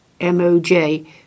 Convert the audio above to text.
MoJ